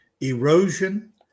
erosion